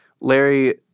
Larry